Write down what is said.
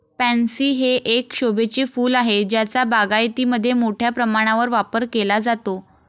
pansy हे एक शोभेचे फूल आहे ज्याचा बागायतीमध्ये मोठ्या प्रमाणावर वापर केला जातो